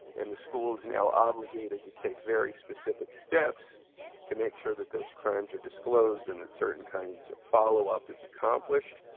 and the school's now obligated to take very specific steps to make sure that those crimes are disclosed and that certain kinds of follow up is accomplished.